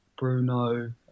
Bruno